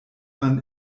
man